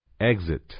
exit